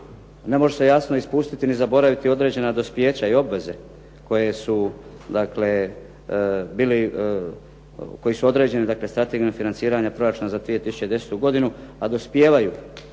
Ne može se jasno ispustiti ni zaboraviti određena dospijeća i obveze koje su dakle bili, koji su određeni dakle strategijom financiranja proračuna za 2010. godinu, a dospijevaju,